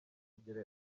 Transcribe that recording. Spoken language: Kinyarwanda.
sugira